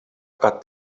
got